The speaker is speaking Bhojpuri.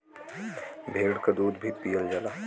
भेड़ क दूध भी पियल जाला